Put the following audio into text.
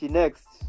next